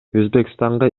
өзбекстанга